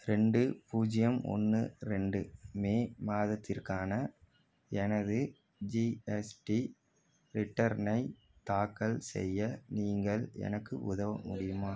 ரெண்டு பூஜ்ஜியம் ஒன்று ரெண்டு மே மாதத்திற்கான எனது ஜிஎஸ்டி ரிட்டர்னை தாக்கல் செய்ய நீங்கள் எனக்கு உதவ முடியுமா